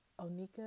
Onika